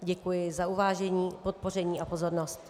Děkuji za uvážení, podpoření a pozornost.